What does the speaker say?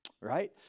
right